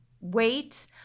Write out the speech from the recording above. wait